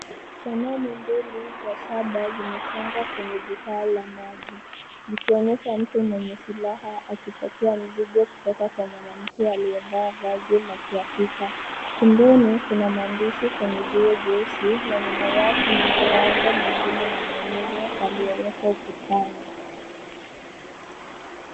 Sanaa ni mbili za shamba zimejengwa kwenye dukaa la maji zikonyesha mtu mwenye furaha akipokea mzigo kutoka kwa mwanamke aliyevaa vazi la kiafrika pembeni kuna maandishi kwenye jeusi yenye kuna mabango mengine ya maelezo yaliyowekwa ukutani.